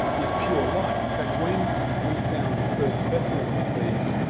is pure white. in fact when we found the first specimens of these